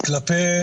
יש